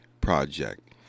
project